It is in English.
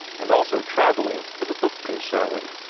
and also travelling for the book concern.